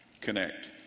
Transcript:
connect